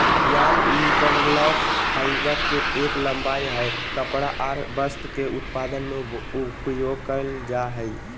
yarn interlock, fibre के एक लंबाई हय कपड़ा आर वस्त्र के उत्पादन में उपयोग करल जा हय